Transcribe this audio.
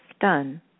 done